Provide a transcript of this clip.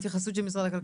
התייחסות של משרד הכלכלה.